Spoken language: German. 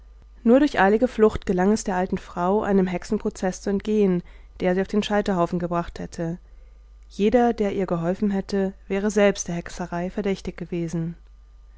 nur durch eilige flucht gelang es der alten frau einem hexenprozeß zu entgehen der sie auf den scheiterhaufen gebracht hätte jeder der ihr geholfen hätte wäre selbst der hexerei verdächtig geworden